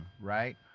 right